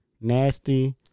nasty